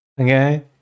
okay